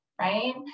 right